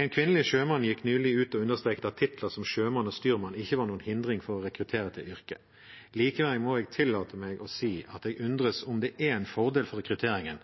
En kvinnelig sjømann gikk nylig ut og understreket at titler som sjømann og styrmann ikke var noen hindring for å rekruttere til yrket. Likevel må jeg tillate meg å si jeg undres om det er en fordel for rekrutteringen